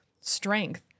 strength